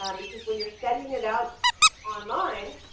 um because when you're sending it out online